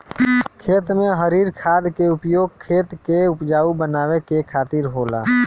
खेत में हरिर खाद के उपयोग खेत के उपजाऊ बनावे के खातिर होला